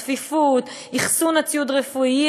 צפיפות,